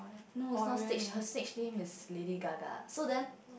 no it's not stage her stage name is Lady-Gaga so then